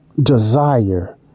desire